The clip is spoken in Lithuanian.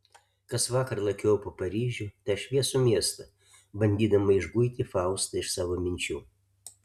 kasvakar lakiojau po paryžių tą šviesų miestą bandydama išguiti faustą iš savo minčių